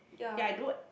ya I do